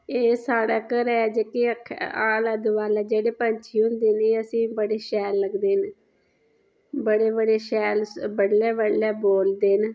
एह् साढ़े घरै दे आले दोआले जेह्के पैंछी होंदे न एह् असेंगी बडे शैल लगदे न बडे़ बडे़ शैल बडलै बडलै बोलदे न